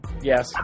Yes